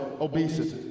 obesity